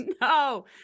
No